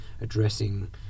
addressing